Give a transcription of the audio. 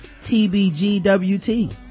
tbgwt